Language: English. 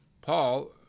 Paul